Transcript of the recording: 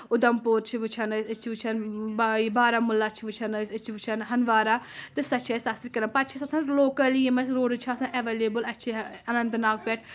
اُدم پوٗر چھِ وٕچھان أسۍ أسۍ چھِ وٕچھَان بارہمولہ چھِ وٕچھان أسۍ أسۍ چھِ وٕچھان ہندوارا تہٕ سۄ چھِ أسۍ اَتھ سۭتۍ کران پَتہٕ چھِ أسۍ آسان لوکلی یِم اَسہِ روڈٕز چھِ آسان اؠویلیبٕل اَسہِ چھِ اننت ناگ پؠٹھ